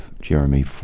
Jeremy